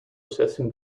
assessing